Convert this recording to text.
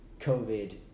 COVID